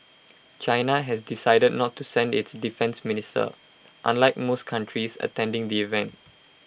China has decided not to send its defence minister unlike most countries attending the event